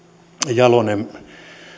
jalonen